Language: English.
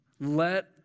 let